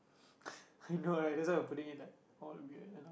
I know right that's well we're putting it like all weird now